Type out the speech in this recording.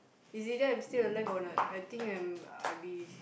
is either I am still alive or not I think I am I be